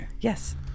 Yes